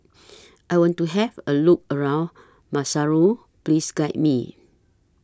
I want to Have A Look around Maseru Please Guide Me